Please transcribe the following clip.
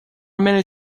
many